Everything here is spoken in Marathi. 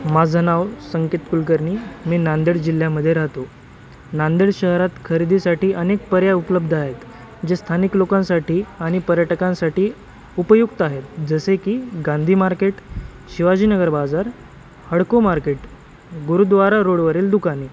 माझं नाव संकेत कुलकर्नी मी नांदेड जिल्ह्यामध्ये राहतो नांदेड शहरात खरेदीसाठी अनेक पर्याय उपलब्ध आहेत जे स्थानिक लोकांसाठी आणि पर्यटकांसाठी उपयुक्त आहेत जसे की गांधीमार्केट शिवाजीनगर बाजार हडको मार्केट गुरुद्वारा रोडवरील दुकाने